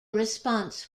response